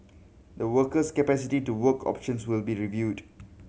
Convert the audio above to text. the worker's capacity to work options will be reviewed